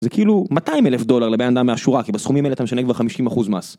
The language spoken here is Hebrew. זה כאילו 200 אלף דולר לבן אדם מהשורה, כי בסכומים האלה אתה משלם כבר 50% מס.